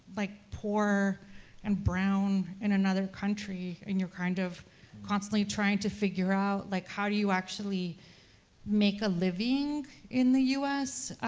like, poor and brown, in another country, and you're kind of constantly trying to figure out like how do you actually make a living in the us?